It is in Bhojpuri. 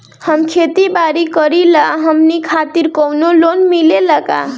हम खेती बारी करिला हमनि खातिर कउनो लोन मिले ला का?